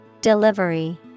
Delivery